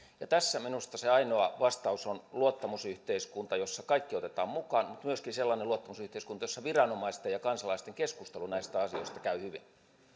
tässä minusta se ainoa vastaus on luottamusyhteiskunta jossa kaikki otetaan mukaan mutta myöskin sellainen luottamusyhteiskunta jossa viranomaisten ja kansalaisten keskustelu näistä asioista käy hyvin